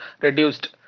reduced